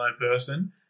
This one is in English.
person